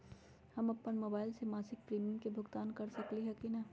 हम अपन मोबाइल से मासिक प्रीमियम के भुगतान कर सकली ह की न?